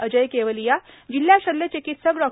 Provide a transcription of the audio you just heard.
अजय केवलीया जिल्हा शल्य चिकित्सक डॉ